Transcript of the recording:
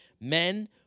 men